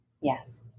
Yes